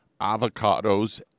avocados